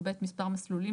טור ב' מספר משלולים.